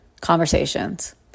conversations